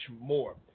more